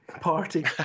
party